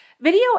Video